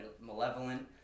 malevolent